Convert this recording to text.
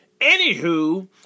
Anywho